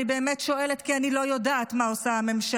אני באמת שואלת כי אני באמת לא יודעת מה עושה הממשלה,